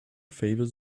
favours